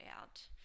out